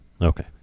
Okay